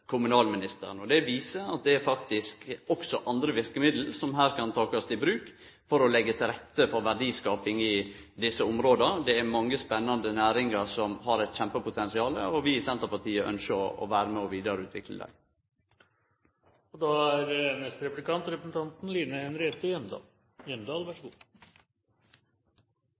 kommunalministeren. Det viser at det faktisk også er andre verkemiddel som her kan takast i bruk for å leggje til rette for verdiskaping i desse områda. Det er mange spennande næringar som har eit kjempepotensial, og vi i Senterpartiet ynskjer å vere med og vidareutvikle dei. Representanten Sande startet sitt innlegg med å si at forvalteransvaret ligger til grunn for Senterpartiets politikk. Det er